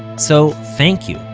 so, thank you.